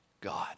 God